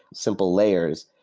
simple layers,